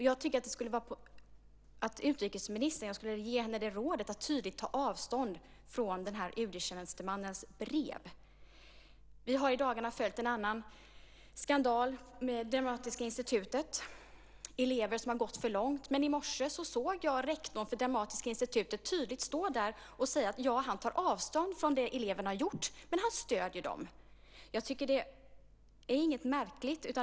Jag skulle ge utrikesministern rådet att tydligt ta avstånd från UD-tjänstemannens brev. Vi har i dagarna följt en annan skandal med Dramatiska institutet. Det är elever som har gått för långt. I morse såg jag rektorn för Dramatiska institutet tydligt stå och säga att han tar avstånd från det eleverna har gjort men att han stöder dem. Det är inget märkligt.